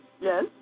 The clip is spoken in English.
Yes